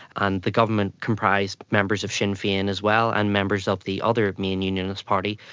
and the government comprised members of sinn fein as well and members of the other main unionist party,